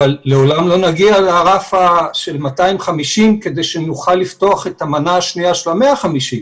אבל לעולם לא נגיע לרף של 250 כדי שנוכל לפתוח את המנה השנייה של ה-150,